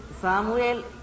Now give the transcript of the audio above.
Samuel